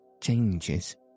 changes